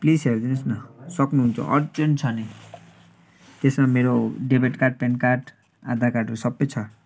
please हेरिदिनुहोस् न सक्नुहुन्छ अर्जेन्ट छ नि त्यसमा मेरो debit card PAN card Aadhaar कार्डहरू सबै छ